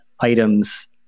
items